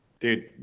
dude